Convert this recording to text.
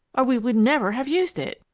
or we could never have used it.